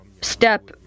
step